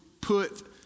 put